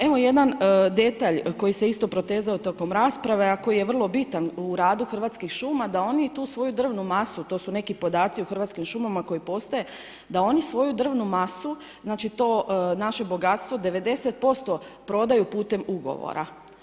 Evo, jedan detalj koji se isto protezao tokom rasprave, a koji je vrlo bitan u radu Hrvatskih šuma, da oni tu svoju drvnu masu, to su neki podaci u Hrvatskim šumama koji postoje, da oni svoju drvnu masu, znači, to naše bogatstvo 90% prodaju putem ugovora.